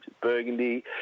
Burgundy